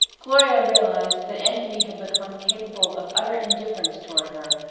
gloria realized that anthony had become capable of utter indifference toward her,